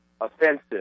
offensive